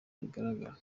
bigaragara